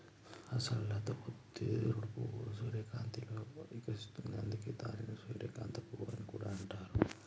అసలు లత పొద్దు తిరుగుడు పువ్వు సూర్యకాంతిలో ఇకసిస్తుంది, అందుకే దానిని సూర్యకాంత పువ్వు అని కూడా అంటారు